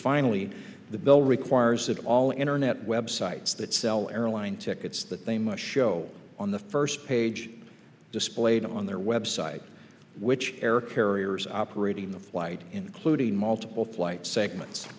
finally the bill requires that all internet websites that sell airline tickets that they must show on the first page displayed on their web site which air carriers operating the flight including multiple plights segments